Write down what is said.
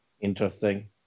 interesting